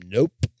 Nope